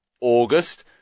August